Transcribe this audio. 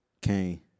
Kane